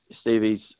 Stevie's